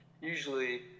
usually